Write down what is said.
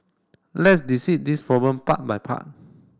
let's this problem part by part